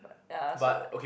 but ya so I